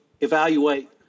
evaluate